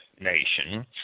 nation